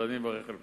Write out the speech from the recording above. ואני מברך על כך.